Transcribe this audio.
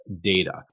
data